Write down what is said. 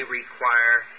require